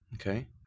Okay